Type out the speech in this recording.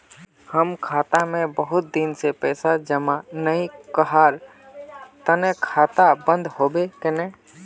हम खाता में बहुत दिन से पैसा जमा नय कहार तने खाता बंद होबे केने?